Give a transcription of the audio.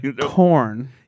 Corn